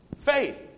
faith